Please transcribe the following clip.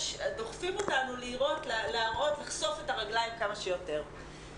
דוחפים אותנו לחשוף את הרגליים כמה שיותר.